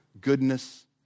goodness